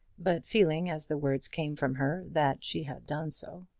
but feeling, as the words came from her, that she had done so.